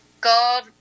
God